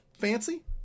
fancy